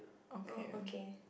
okay